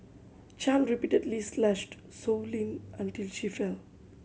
Chan repeatedly slashed Sow Lin until she fell